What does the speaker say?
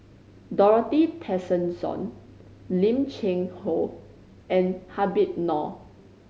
Dorothy Tessensohn Lim Cheng Hoe and Habib Noh